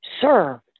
sir